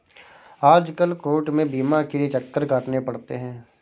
आजकल कोर्ट में बीमा के लिये चक्कर काटने पड़ते हैं